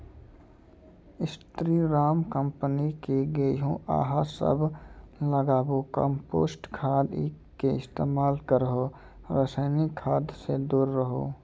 स्री Ram company के गेहूँ अहाँ सब लगाबु कम्पोस्ट खाद के इस्तेमाल करहो रासायनिक खाद से दूर रहूँ?